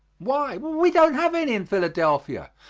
why we don't have any in philadelphia.